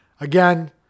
again